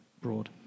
broad